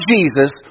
Jesus